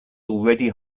already